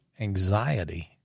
anxiety